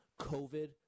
covid